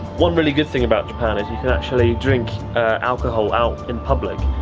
one really good thing about japan is you can actually drink alcohol out in public.